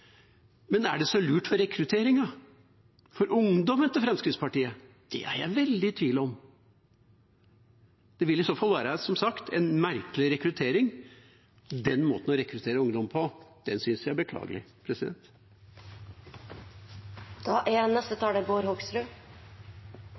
Men er det så lurt for rekrutteringen av ungdom til Fremskrittspartiet? Det er jeg veldig i tvil om. Det vil i så fall, som sagt, være en merkelig rekruttering. Den måten å rekruttere ungdom på synes jeg er beklagelig.